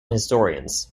historians